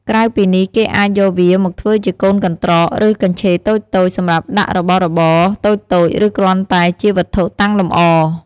ក្រៅពីនេះគេអាចយកវាមកធ្វើជាកូនកន្ត្រក ឬកញ្ឆេរតូចៗ សម្រាប់ដាក់របស់របរតូចៗ ឬគ្រាន់តែជាវត្ថុតាំងលម្អ។